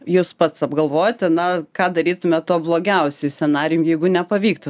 jūs pats apgalvojate na ką darytumėt tuo blogiausiuoju scenarijum jeigu nepavyktų